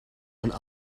een